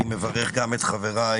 אני מברך גם את חבריי,